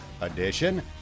Edition